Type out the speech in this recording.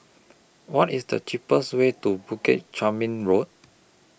What IS The cheapest Way to Bukit Chermin Road